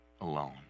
alone